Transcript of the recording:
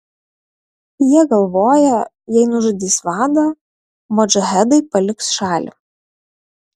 jie galvoja jei nužudys vadą modžahedai paliks šalį